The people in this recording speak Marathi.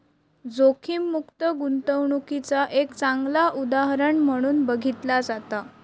जोखीममुक्त गुंतवणूकीचा एक चांगला उदाहरण म्हणून बघितला जाता